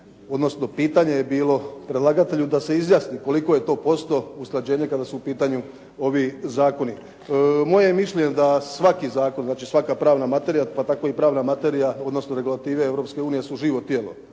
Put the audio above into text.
odnosno pitanje je bilo predlagatelju da se izjasni koliko je to posto usklađenje kada su u pitanju ovi zakoni. Moje je mišljenje da svaki zakon, znači svaka pravna materija pa tako i pravna materija odnosno regulative Europske